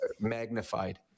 magnified